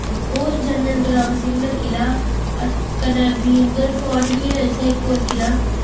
और जनरल जोरावर सिंह दा किला कन्नै भीमगढ़ फोर्ट बी ऐ इत्थै इक और किला